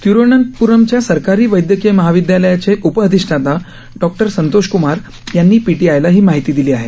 तिरुअनंतप्रमच्या सरकारी वैदयकीय महाविदयालयाचे उप अधिष्ठाता डॉ संतोष कुमार यांनी पीटीआयला ही माहिती दिली आहे